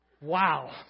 Wow